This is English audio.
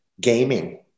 gaming